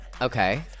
Okay